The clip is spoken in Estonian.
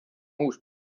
uus